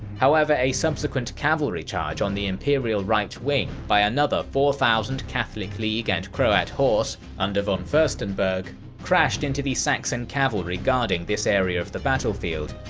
however, a subsequent cavalry charge on the imperial right wing by another four thousand catholic league and croat horse under von furstenberg crashed into the saxon cavalry guarding this area of the battlefield.